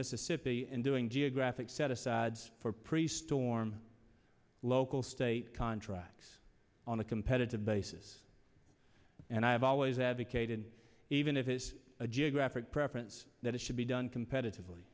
mississippi in doing geographic set asides for priest storm local state contracts on a competitive basis and i have always advocated even if it's a geographic preference that it should be done competitively